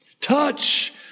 Touch